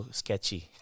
sketchy